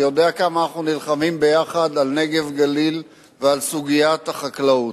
יודע כמה אנחנו נלחמים ביחד על הנגב והגליל ועל סוגיית החקלאות.